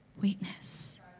weakness